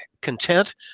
content